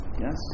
Yes